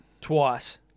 Twice